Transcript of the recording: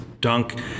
dunk